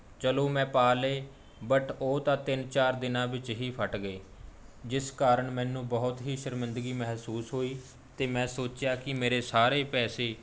ਚਲੋ ਮੈਂ ਪਾ ਲਏ ਬਟ ਉਹ ਤਾਂ ਤਿੰਨ ਚਾਰ ਦਿਨਾਂ ਵਿੱਚ ਹੀ ਫਟ ਗਏ ਜਿਸ ਕਾਰਨ ਮੈਨੂੰ ਬਹੁਤ ਹੀ ਸ਼ਰਮਿੰਦਗੀ ਮਹਿਸੂਸ ਹੋਈ ਅਤੇ ਮੈਂ ਸੋਚਿਆ ਕਿ ਮੇਰੇ ਸਾਰੇ ਪੈਸੇ